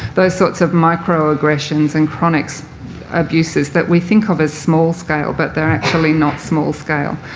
those sort of micro-aggressions and chronic so abuses that we think of as small scale but they're actually not small scale.